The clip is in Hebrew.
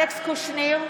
אלכס קושניר,